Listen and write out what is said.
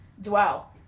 dwell